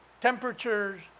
temperatures